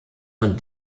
von